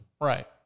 Right